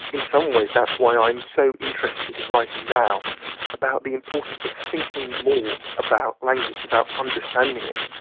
in some ways that's why i'm so interested in writing now about the importance of thinking more about language, about understanding it,